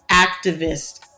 activist